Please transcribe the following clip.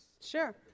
Sure